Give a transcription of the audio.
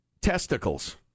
Testicles